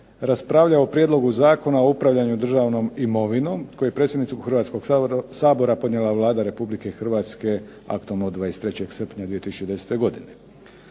raspravljao o Prijedlogu zakona o upravljanju državnom imovinom koji je predsjedniku Hrvatskog sabora podnijela Vlada Republike Hrvatske aktom od 23. srpnja 2010. godine.